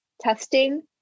testing